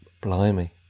Blimey